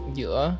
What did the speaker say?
giữa